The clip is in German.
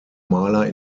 maler